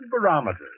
barometers